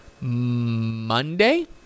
Monday